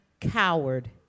coward